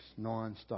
nonstop